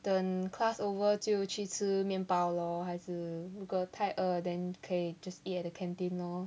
等 class over 就去吃面包 lor 还是如果太饿 then 可以 just eat at the canteen lor